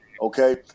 Okay